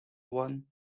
one